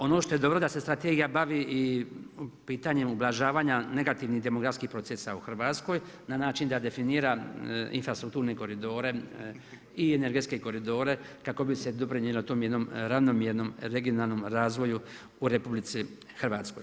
Ono što je dobro da se strategija bavi i pitanjem ublažavanja negativnih demografskih procesa u Hrvatskoj na način da definira infrastrukturne koridore i energetske koridore kako bi se doprinijelo tom jednom ravnomjernom, regionalnom razvoju u RH.